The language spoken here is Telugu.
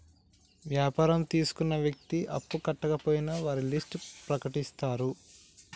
వ్యాపారం తీసుకున్న వ్యక్తి అప్పు కట్టకపోయినా వారి లిస్ట్ ప్రకటిత్తరు